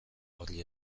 horri